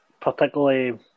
particularly